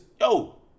yo